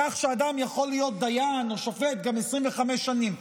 כך שאדם יכול להיות דיין או שופט גם 25 שנים,